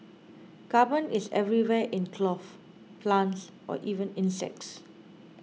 carbon is everywhere in cloth plants or even insects